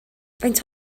faint